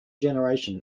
generation